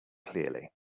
clearly